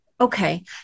Okay